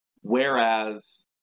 Whereas